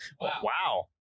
wow